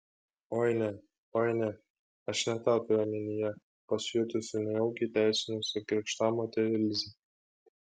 oi ne oi ne aš ne tą turiu omenyje pasijutusi nejaukiai teisinosi krikštamotė ilzė